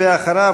ואחריו,